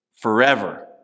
Forever